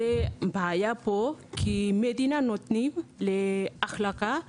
זו הבעיה פה כי המדינה נותנת לעובדים